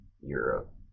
Europe